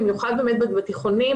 במיוחד בתיכוניים,